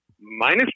minus